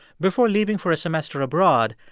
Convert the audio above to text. before leaving for a semester abroad,